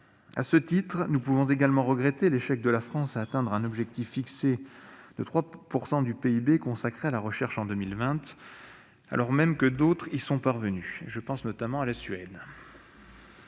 À ce titre, nous pouvons également regretter l'échec de la France à atteindre l'objectif fixé de 3 % du PIB consacré à la recherche en 2020, alors même que d'autres y sont parvenus. Je pense, notamment, à la Suède.